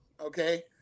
Okay